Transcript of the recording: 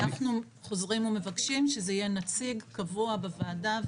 אנחנו חוזרים ומבקשים שזה יהיה נציג קבוע בוועדה,